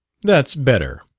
that's better.